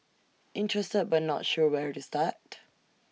interested but not sure where to start